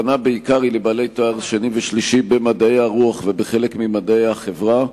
הכוונה היא בעיקר לבעלי תואר שני ושלישי במדעי הרוח ובחלק ממדעי החברה.